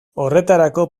horretarako